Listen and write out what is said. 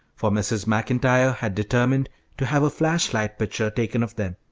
for mrs. macintyre had determined to have a flash-light picture taken of them,